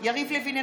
יריב לוין,